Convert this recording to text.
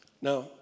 Now